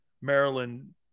maryland